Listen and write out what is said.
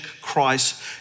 Christ